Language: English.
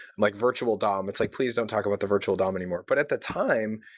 like virtual dom. it's like, please. don't talk about the virtual dom anymore. but at the time,